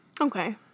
Okay